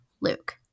luke